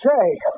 say